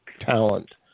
talent